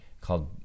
called